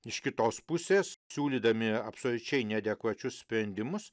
iš kitos pusės siūlydami absoliučiai neadekvačius sprendimus